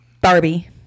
Barbie